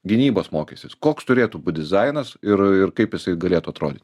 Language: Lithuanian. gynybos mokestis koks turėtų būt dizainas ir ir kaip jisai galėtų atrodyt